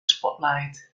spotlight